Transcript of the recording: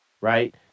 right